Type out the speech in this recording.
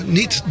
niet